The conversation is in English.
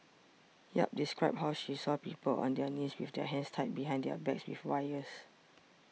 yap described how she saw people on their knees with their hands tied behind their backs with wires